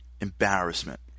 embarrassment